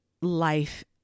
life